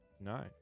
No